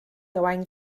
owain